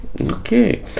Okay